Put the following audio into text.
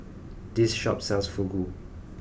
this shop sells Fugu